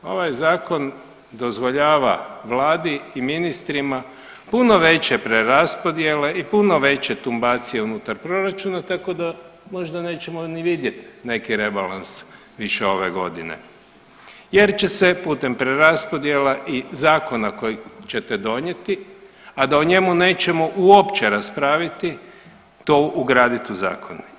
Ovaj zakon dozvoljava Vladi i ministrima puno veće preraspodjele i puno veće tumbacije unutar proračuna, tako da možda nećemo ni vidjeti neki rebalans više ove godine jer će se putem preraspodjela i zakona koji ćete donijeti, a da o njemu nećemo uopće raspraviti to ugraditi u zakone.